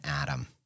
atom